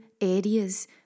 areas